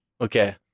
Okay